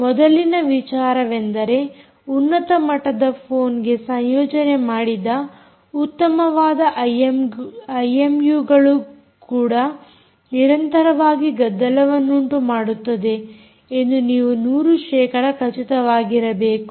ಮೊದಲಿನ ವಿಚಾರವೆಂದರೆ ಉನ್ನತ ಮಟ್ಟದ ಫೋನ್ಗೆ ಸಂಯೋಜನೆ ಮಾಡಿದ ಉತ್ತಮವಾದ ಐಎಮ್ಯೂಗಳು ಕೂಡ ನಿರಂತರವಾಗಿ ಗದ್ದಲವನ್ನುಂಟು ಮಾಡುತ್ತದೆ ಎಂದು ನೀವು 100 ಶೇಕಡ ಖಚಿತವಾಗಿರಬೇಕು